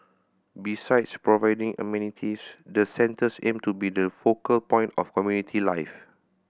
besides providing amenities the centres aim to be the focal point of community life